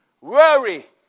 worry